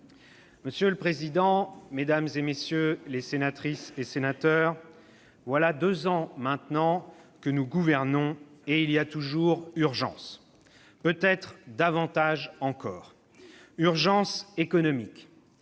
Monsieur le président, mesdames, messieurs les sénateurs, voilà deux ans maintenant que nous gouvernons, et il y a toujours urgence- peut-être davantage encore. « Urgence économique,